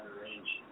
range